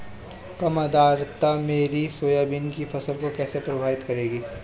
कम आर्द्रता मेरी सोयाबीन की फसल को कैसे प्रभावित करेगी?